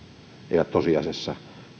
tosiasiassa